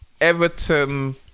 Everton